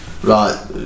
right